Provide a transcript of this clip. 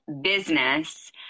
business